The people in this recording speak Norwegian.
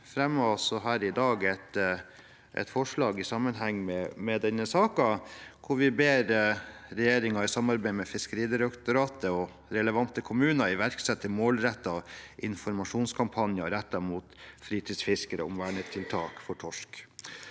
fremmer her i dag et forslag i sammenheng med denne saken, hvor vi ber regjeringen, i samarbeid med Fiskeridirektoratet og relevante kommuner, iverksette målrettede informasjonskampanjer rettet mot fritidsfiskere om vernetiltak for torsk.